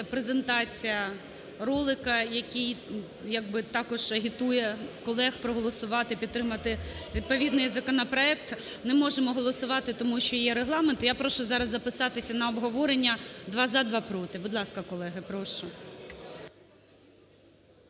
презентація ролика, який як би також агітує колег проголосувати, підтримати, відповідний законопроект. Не можемо голосувати, тому що є Регламент. Я прошу зараз записатися на обговорення: два – за, два – проти. Будь ласка, колеги, прошу.